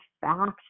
fact